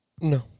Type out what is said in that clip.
No